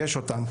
יש עלילות דם.